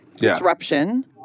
disruption